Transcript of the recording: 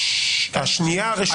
השנייה הרשומה.